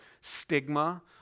stigma